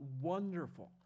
wonderful